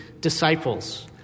disciples